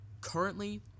Currently